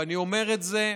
ואני אומר את זה,